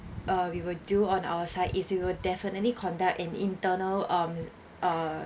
uh we will do on our side is we will definitely conduct an internal um uh